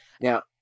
Now